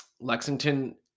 Lexington